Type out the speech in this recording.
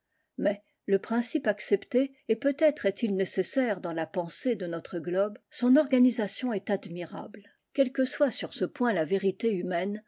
mais le principe accepté et peut-être est-il nécessaire dans la pensée de notre globe son organisation est admirable quelle que soit sur ce point la vérité humaine